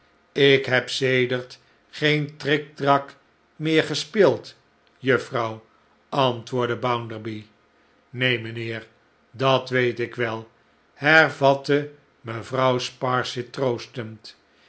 ik heb sedert geen triktak meer gespeeld juffrouw antwoordde bounderby neen mijnheer dat weet ik wel hervatte mevrouw sparsit troostend